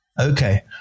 Okay